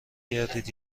گردید